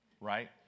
right